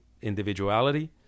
individuality